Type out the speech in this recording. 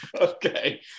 okay